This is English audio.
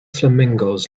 flamingos